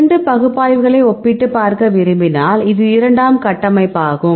இரண்டு பகுப்பாய்வுகளை ஒப்பிட்டுப் பார்க்க விரும்பினால் இது இரண்டாம் கட்டமைப்பாகும்